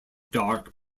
dark